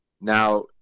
Now